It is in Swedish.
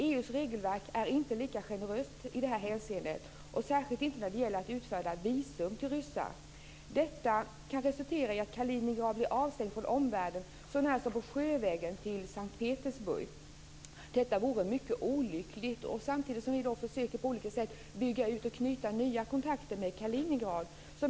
EU:s regelverk är inte lika generöst i detta hänseende, särskilt när det gäller att utfärda visum till ryssar. Detta kan resultera i att Kaliningrad blir avstängt från omvärlden så när som på sjövägen till Sankt Petersburg. Detta vore mycket olyckligt. Samtidigt försöker vi på olika sätt bygga ut och knyta nya kontakter med Kaliningrad.